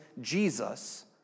Jesus